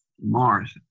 Mars